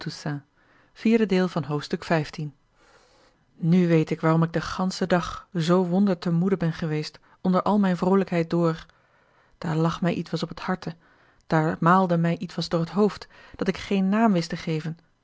nu weet ik waarom ik den ganschen dag zoo wonder te moede ben geweest onder al mijne vroolijkheid door daar lag mij ietwes op het harte daar maalde mij ietwes door het hoofd dat ik geen naam wist te geven